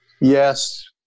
Yes